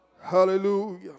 Hallelujah